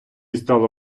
стало